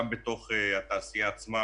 גם בתוך התעשייה עצמה